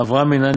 אברהם מנין?